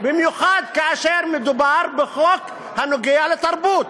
במיוחד כאשר מדובר בחוק הנוגע לתרבות,